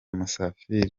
musafili